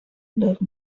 love